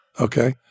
okay